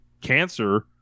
cancer